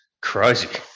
crazy